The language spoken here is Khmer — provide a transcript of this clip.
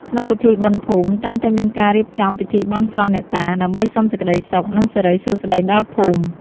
ក្នុងពិធីបុណ្យភូមិ តែងតែមានការរៀបចំពិធីបន់ស្រន់អ្នកតា ដើម្បីសុំសេចក្ដីសុខ និងសិរីសួស្ដីដល់ភូមិ។